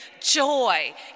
joy